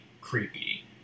creepy